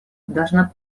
должна